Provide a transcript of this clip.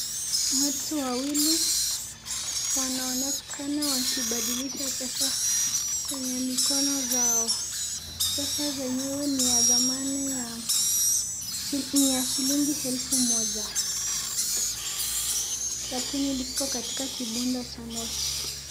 Watu wawili wanaonekana wakibadilisha pesa kwenye mikono zao. Pesa zenyewe ni ya dhamana ya shilingi elfu moja . Lakini ziko katika kibunda cha noti.